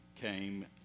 came